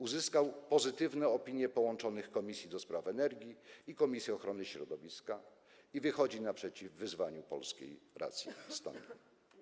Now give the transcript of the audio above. Uzyskał pozytywne opinie połączonych komisji do spraw energii i komisji ochrony środowiska i wychodzi naprzeciw wyzwaniu polskiej racji stanu.